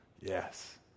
yes